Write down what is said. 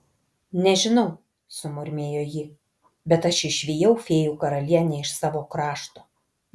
nežinau sumurmėjo ji bet aš išvijau fėjų karalienę iš savo krašto